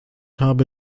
habe